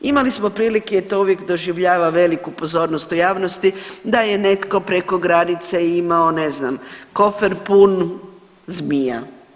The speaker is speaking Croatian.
Imali smo prilike i to uvijek doživljava veliku pozornost u javnosti, da je netko preko granice imao, ne znam, kofer pun zmija.